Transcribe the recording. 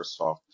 Microsoft